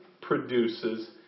produces